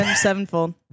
Sevenfold